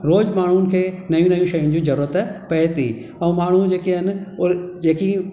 रोज़ु माण्हुनि खे नयूं नयूं शयूं जी ज़रूरत पए थी माण्हू जेके आहिनि जेकी